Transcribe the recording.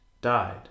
died